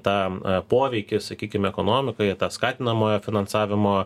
tą poveikį sakykim ekonomikai tą skatinamojo finansavimo